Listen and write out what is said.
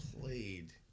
played